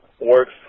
works